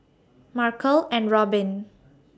Markel and Robbin